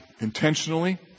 intentionally